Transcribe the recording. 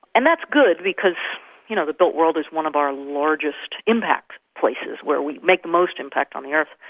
and that's good, because you know the built world is one of our largest impact places, where we make most impact on the earth.